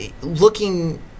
looking